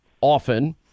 often